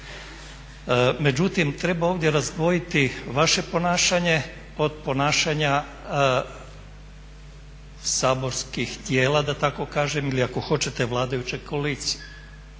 Međutim treba ovdje razdvojiti vaše ponašanje od ponašanja saborskih tijela da tako kažem ili ako hoćete vladajuće koalicije.